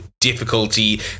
difficulty